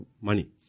money